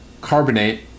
carbonate